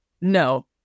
No